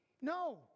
No